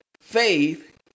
faith